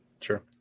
Sure